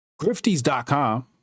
Grifties.com